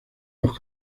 los